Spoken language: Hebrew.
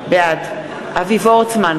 בעד אבי וורצמן,